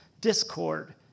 discord